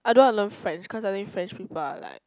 I don't want to learn French cause I think French people are like